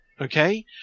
Okay